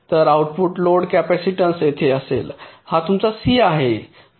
तर output load capacitance येथे असेल हा तुमचा सी आहे